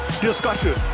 discussion